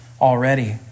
already